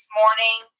morning